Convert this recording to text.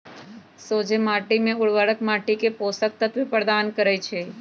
सोझें माटी में उर्वरक माटी के पोषक तत्व प्रदान करै छइ